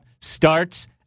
starts